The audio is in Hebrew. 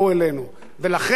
לכן אני חוזר ואומר,